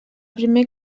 primer